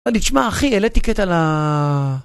תשמע אחי, העלתי קטע ל...